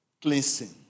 cleansing